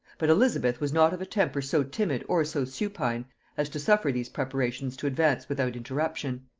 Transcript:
but elizabeth was not of a temper so timid or so supine as to suffer these preparations to advance without interruption.